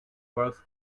works